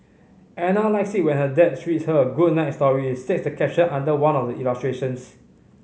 Ana likes it when her dad read her a good night story states the caption under one of the illustrations